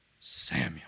Samuel